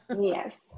Yes